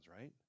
right